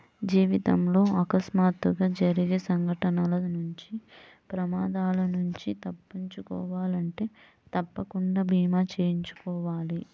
జీవితంలో అకస్మాత్తుగా జరిగే సంఘటనల నుంచి ప్రమాదాల నుంచి తప్పించుకోవాలంటే తప్పకుండా భీమా చేయించుకోవాలి